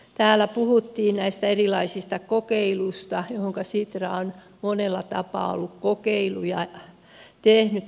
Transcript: täällä puhuttiin näistä erilaisista kokeiluista joita sitra on monella tapaa tehnyt